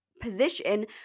position